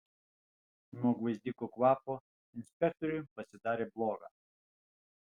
nuo gvazdikų kvapo inspektoriui pasidarė bloga